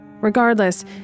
Regardless